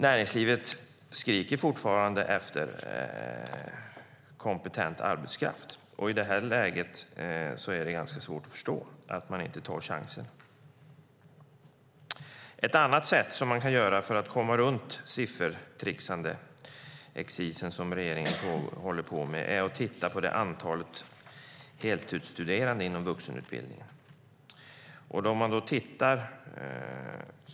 Näringslivet skriker fortfarande efter kompetent arbetskraft. I detta läge är det ganska svårt att förstå att man inte tar chansen. Ett annat sätt att komma runt det siffertricksande som regeringen håller på med är att titta på antalet heltidsstuderande inom vuxenutbildningen.